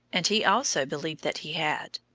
and he also believed that he had.